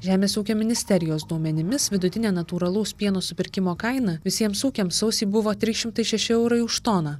žemės ūkio ministerijos duomenimis vidutinė natūralaus pieno supirkimo kaina visiems ūkiams sausį buvo trys šimtai šeši eurai už toną